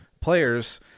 players